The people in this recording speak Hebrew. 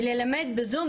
וללמד בזום,